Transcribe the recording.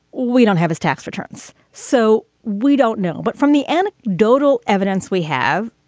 we don't have his tax returns, so we don't know. but from the anecdotal evidence we have,